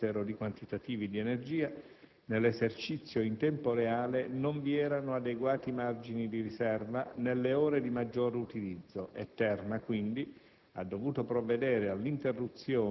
Nonostante gli acquisti dall'estero di quantitativi di energia, nell'esercizio in tempo reale non vi erano adeguati margini di riserva nelle ore di maggiore utilizzo e Terna, quindi,